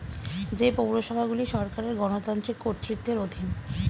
যে পৌরসভাগুলি সরকারের গণতান্ত্রিক কর্তৃত্বের অধীন